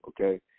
Okay